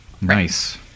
Nice